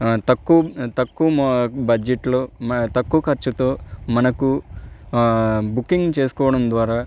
తకువ్ తక్కువ బడ్జెట్లో తక్కువ ఖర్చుతో మనకు బుకింగ్ చేసుకోవడం ద్వారా